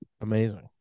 Amazing